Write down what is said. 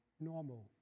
normal